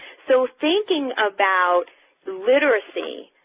so thinking about literacy,